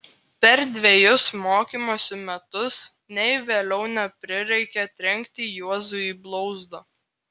per dvejus mokymosi metus nei vėliau neprireikė trenkti juozui į blauzdą